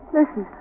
Listen